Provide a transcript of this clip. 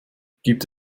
gibt